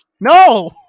no